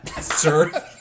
sir